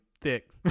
thick